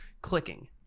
clicking